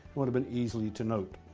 would have been easy to note.